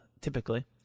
typically